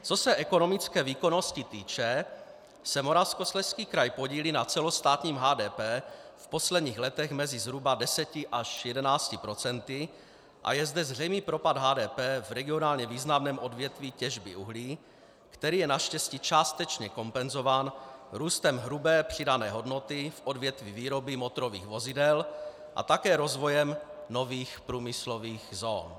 Co se ekonomické výkonnosti týče, podílí se Moravskoslezský kraj na celostátním HDP v posledních letech mezi zhruba 10 až 11 % a je zde zřejmý propad HDP v regionálně významném odvětví těžby uhlí, který je naštěstí částečně kompenzován růstem hrubé přidané hodnoty v odvětví výroby motorových vozidel a také rozvojem nových průmyslových zón.